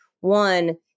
one